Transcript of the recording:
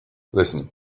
listen